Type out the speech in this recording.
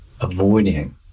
avoiding